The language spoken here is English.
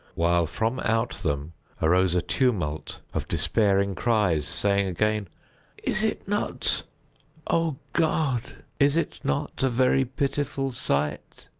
while from out them arose a tumult of despairing cries, saying again is it not o, god, is it not a very pitiful sight?